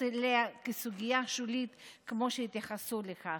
אליה כסוגיה שולית כמו שהתייחסו לכך.